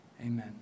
Amen